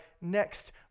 next